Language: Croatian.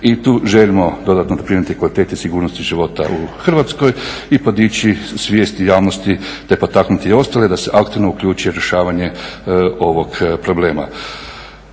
I tu želimo dodatno doprinijeti kvaliteti i sigurnosti života u Hrvatskoj i podići svijest i javnosti te potaknuti i ostale da se aktivno uključe u rješavanje ovog problema.